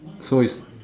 so is